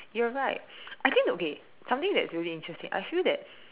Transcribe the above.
you're right I think okay something that's really interesting I feel that